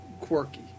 quirky